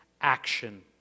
action